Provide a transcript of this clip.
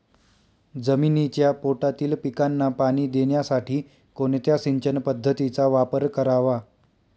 जमिनीच्या पोटातील पिकांना पाणी देण्यासाठी कोणत्या सिंचन पद्धतीचा वापर करावा?